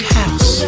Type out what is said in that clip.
house